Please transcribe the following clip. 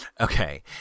Okay